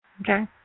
Okay